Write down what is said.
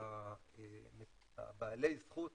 בעלי זכות